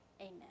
amen